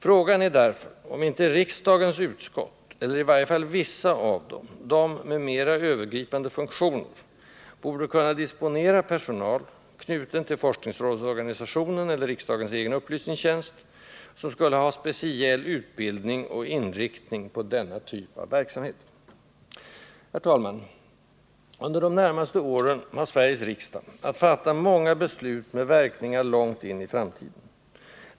Frågan är därför om inte riksdagens utskott, eller i varje fall vissa av dem — de med mera övergripande funktioner — borde kunna disponera personal, knuten till forskningsrådsnämndsorganisationen eller till riksdagens egen upplysningstjänst, som skulle ha speciell utbildning och inriktning på denna typ av verksamhet. Herr talman! Under de närmaste åren har Sveriges riksdag att fatta många beslut med verkningar långt in i framtiden.